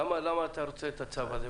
למה אתה רוצה את הצו הזה?